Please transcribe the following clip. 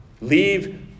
Leave